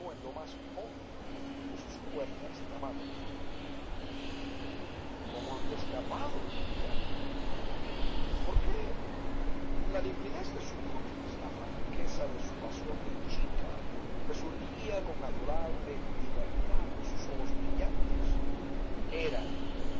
en lo más hondo de sus cuerdas de amante cómo había escapado lidia porque la limpidez de su cutis la franqueza de su pasión de chica que surgía con adorable libertad de sus ojos brillantes eran